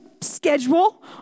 schedule